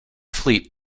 fleet